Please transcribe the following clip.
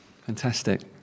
Fantastic